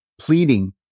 pleading